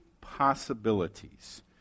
possibilities